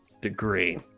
degree